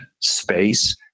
space